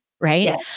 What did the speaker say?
right